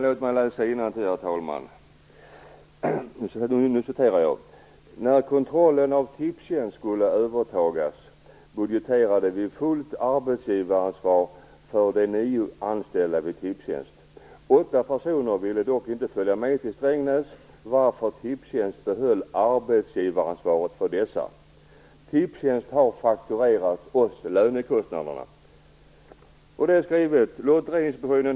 Låt mig sedan, herr talman, läsa innantill: När kontrollen av Tipstjänst skulle övertas budgeterade vi fullt arbetsgivaransvar för de nio anställda vid Tipstjänst. Åtta personer ville dock inte följa med till Strängnäs, varför Tipstjänst behöll arbetsgivaransvaret för dessa. Tipstjänst har fakturerat oss lönekostnaderna. Detta är skrivet av Anita Persson.